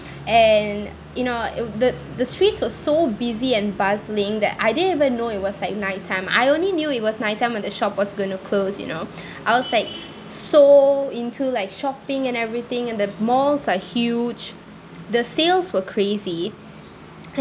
and you know the the streets were so busy and bustling that I didn't even know it was like nighttime I only knew it was nighttime when the shop was going to close you know I was like so into like shopping and everything and the malls are huge the sales were crazy